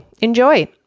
Enjoy